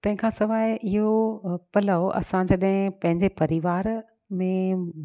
तंहिं खां सवाइ इहो पलउ असां जॾहिं पंहिंजे परिवार में